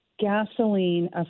gasoline